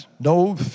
No